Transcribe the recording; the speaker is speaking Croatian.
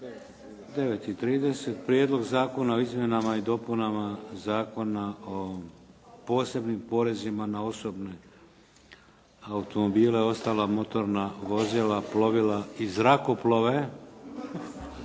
sati Prijedlog zakona o izmjenama i dopunama Zakona o posebnim porezima na osobne automobila, ostala motorna vozila, plovila i zrakoplove.